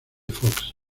fox